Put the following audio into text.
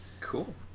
Cool